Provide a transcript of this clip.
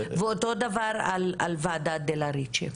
ואותו דבר על ועדת דלה ריצ'ה.